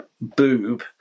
boob